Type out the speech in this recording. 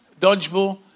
Dodgeball